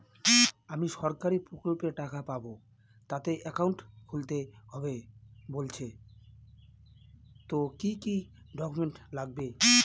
আমি সরকারি প্রকল্পের টাকা পাবো তাতে একাউন্ট খুলতে হবে বলছে তো কি কী ডকুমেন্ট লাগবে?